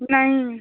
नहीं